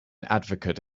advocate